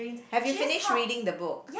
have you finished reading the book